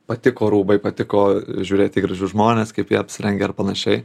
patiko rūbai patiko žiūrėti į gražu žmonės kaip jie apsirengę ir panašiai